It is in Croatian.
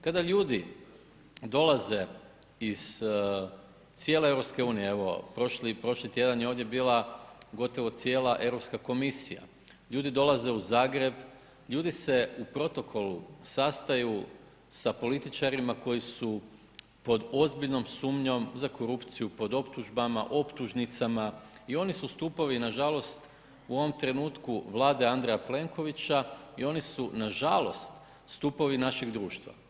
Kada ljudi dolaze iz cijele EU, evo prošli, prošli tjedan je ovdje bila gotovo cijela Europska komisija, ljudi dolaze u Zagreb, ljudi se u protokolu sastaju sa političarima koji su pod ozbiljnom sumnjom za korupcijom pod optužbama, optužnicama i oni su stupovi nažalost u ovom trenutku Vlade Andreja Plenkovića i oni su nažalost stupovi našeg društva.